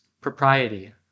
propriety